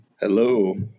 Hello